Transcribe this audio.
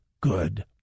good